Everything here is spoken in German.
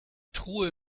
truhe